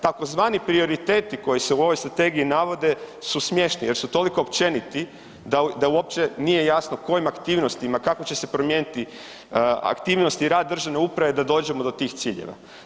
Tzv. prioriteti koji se u ovoj strategiji navode su smiješni jer su toliko općeniti da uopće nije jasno kojim aktivnostima, kako će se promijeniti aktivnosti i rad državne uprave da dođemo do tih ciljeva.